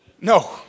No